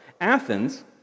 Athens